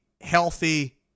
healthy